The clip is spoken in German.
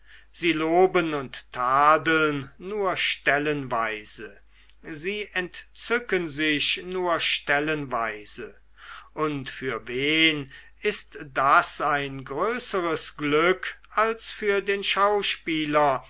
sie loben und tadeln nur stellenweise sie entzücken sich nur stellenweise und für wen ist das ein größeres glück als für den schauspieler